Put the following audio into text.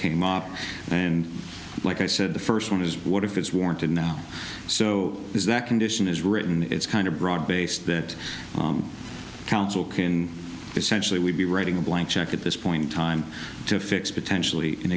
came up and like i said the first one is what if it's warranted now so is that condition is written it's kind of broad based that council can essentially we'd be writing a blank check at this point in time to fix potentially an